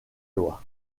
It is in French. loi